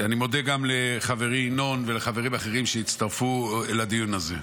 אני מודה גם לחברי ינון ולחברים אחרים שהצטרפו לדיון הזה.